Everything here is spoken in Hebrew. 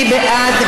מי בעד?